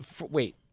wait